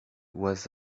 was